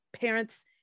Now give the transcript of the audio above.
parents